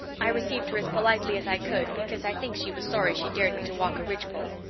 i received her as politely as i could, because i think she was sorry she dared me to walk a ridgepole.